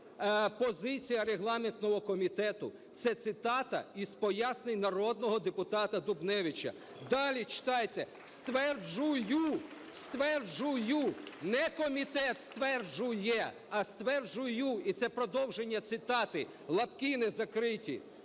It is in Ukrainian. позиція регламентного комітету – це цитата із пояснень народного депутата Дубневича. Далі читайте: "Стверджую". "Стверджую", не комітет стверджує, а "стверджую", і це продовження цитати, лапки не закриті.